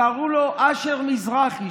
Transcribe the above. קראו לו אשר מזרחי.